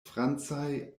francaj